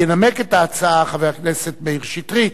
ינמק את ההצעה חבר הכנסת מאיר שטרית,